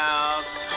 house